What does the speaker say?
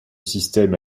système